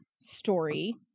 story